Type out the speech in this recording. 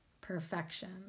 perfection